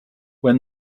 when